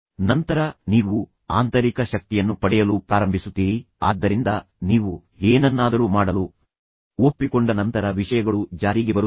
ನಂತರ ನೀವು ಆಂತರಿಕ ಶಕ್ತಿಯನ್ನು ಪಡೆಯಲು ಪ್ರಾರಂಭಿಸುತ್ತೀರಿ ಆದ್ದರಿಂದ ನೀವು ಏನನ್ನಾದರೂ ಮಾಡಲು ಒಪ್ಪಿಕೊಂಡ ನಂತರ ವಿಷಯಗಳು ಜಾರಿಗೆ ಬರುತ್ತವೆ